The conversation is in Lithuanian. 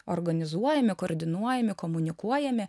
organizuojami koordinuojami komunikuojami